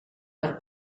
per